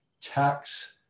tax